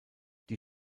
die